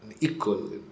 equal